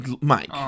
Mike